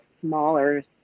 smaller